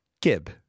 Gib